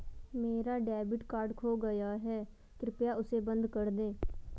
मेरा debit card खो गया है, कृपया उसे बंद कर दें